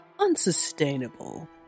unsustainable